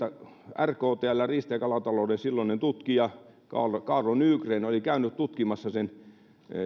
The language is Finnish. rktln riista ja kalatalouden silloinen tutkija kaarlo nygren oli käynyt tutkimassa sen